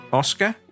oscar